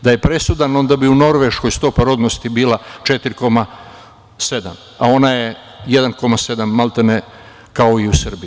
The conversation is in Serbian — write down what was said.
Da je presudan onda bi u Norveškoj stopa rodnosti bila 4,7%, a ona je 1,7%, maltene, kao i u Srbiji.